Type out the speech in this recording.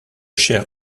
cher